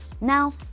Now